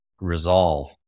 resolve